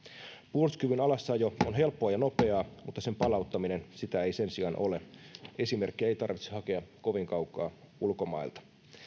puolustuskyvyn alasajo on helppoa ja nopeaa mutta sen palauttaminen sitä ei sen sijaan ole esimerkkejä ei tarvitse hakea kovin kaukaa ulkomailta